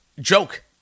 Joke